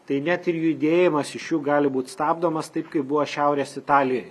tai net ir judėjimas iš jų gali būt stabdomas taip kaip buvo šiaurės italijoj